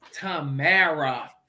Tamara